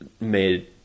made